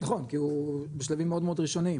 נכון כי הוא בשלבים מאוד ראשוניים,